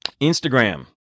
Instagram